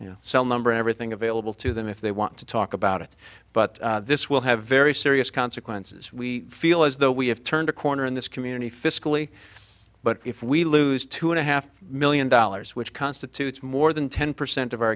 know cell number everything available to them if they want to talk about it but this will have very serious consequences we feel as though we have turned a corner in this community fiscally but if we lose two and a half million dollars which constitutes more than ten percent of our